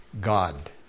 God